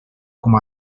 com